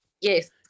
Yes